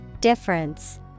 Difference